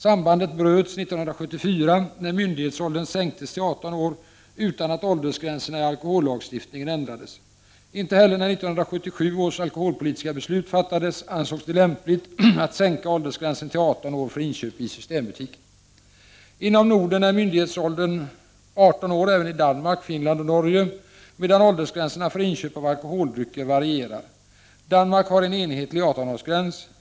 Sambandet bröts år 1974, när myndighetsåldern sänktes till 18 år utan att åldersgränserna i alkohollagstiftningen ändrades. Inte heller när 1977 års alkoholpolitiska beslut fattades ansågs det lämpligt att sänka åldersgränsen till 18 år för inköp i systembutik. Inom Norden är myndighetsåldern 18 år även i Danmark, Finland och Norge, medan åldersgränserna för inköp av alkoholdrycker varierar. Danmark har en enhetlig 18-årsgräns.